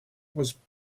was